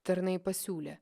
tarnai pasiūlė